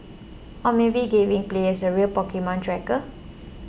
or maybe giving players a real Pokemon tracker